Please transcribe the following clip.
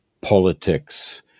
politics